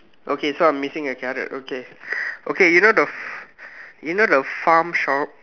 okay so I'm missing a carrot okay okay you know the you know the farm shop